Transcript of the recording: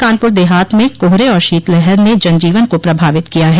कानपुर देहात में कोहरे और शीतलहर ने जन जीवन को प्रभावित किया है